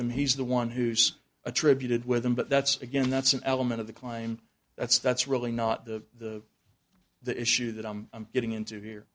them he's the one who's attributed with them but that's again that's an element of the clime that's that's really not the the issue that i'm getting into here